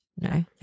no